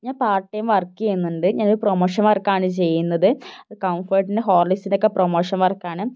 ഞാൻ part time work ചെയ്യുന്നുണ്ട് ഞാനൊരു പ്രമോഷൻ വർക്കാണ് ചെയ്യുന്നത് അത് കംഫേർട്ടിൻ്റെ ഹോർലിക്സിൻ്റെ ഒക്കെ പ്രൊമോഷൻ വർക്കാണ്